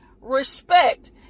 respect